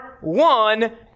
one